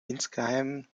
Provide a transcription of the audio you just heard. insgeheim